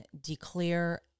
declare